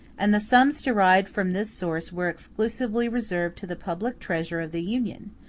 and the sums derived from this source were exclusively reserved to the public treasure of the union,